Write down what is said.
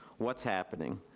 what's happening?